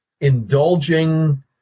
indulging